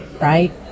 right